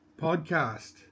podcast